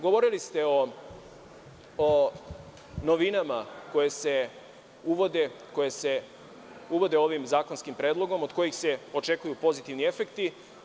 Govorili ste o novinama koje se uvode ovim zakonskim predlogom, od kojih se očekuju pozitivni efekti.